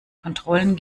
kontrollen